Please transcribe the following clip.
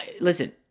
Listen